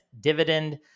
dividend